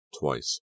twice